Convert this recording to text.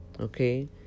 Okay